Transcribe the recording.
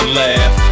laugh